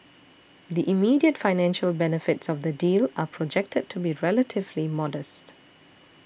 the immediate financial benefits of the deal are projected to be relatively modest